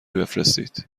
بفرستید